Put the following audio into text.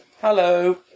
Hello